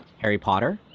harry potter?